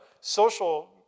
social